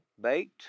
baked